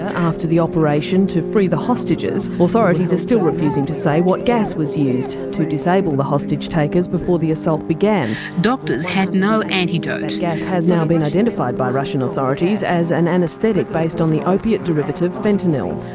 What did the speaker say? after the operation to free the hostages, authorities are still refusing to say what gas was used to disable the hostage takers before the assault began. doctors has no antidote. the gas has now been identified by russian authorities as an anaesthetic based on the opiate derivative fentanyl.